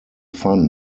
fun